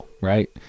right